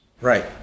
Right